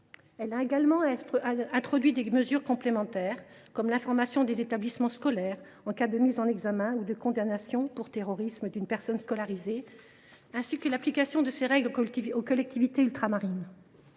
a également introduit des mesures complémentaires, comme l’information des établissements scolaires en cas de mise en examen ou de condamnation pour terrorisme d’une personne scolarisée. Elle a enfin prévu l’application de ces règles aux collectivités ultramarines.